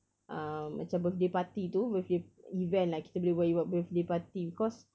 um macam birthday party tu birthday event lah kita boleh buat event birthday party because